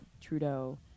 Trudeau